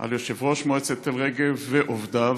על יושב-ראש מועצת תל-רגב ועובדיו,